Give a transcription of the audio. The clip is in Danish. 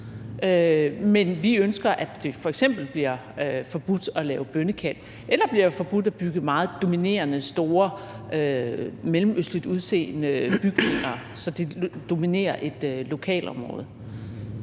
Men vi ønsker, at det f.eks. bliver forbudt at lave bønnekald eller bliver forbudt at bygge meget dominerende, store, mellemøstligt udseende bygninger, så de dominerer et lokalområde.